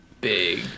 big